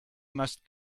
must